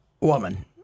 woman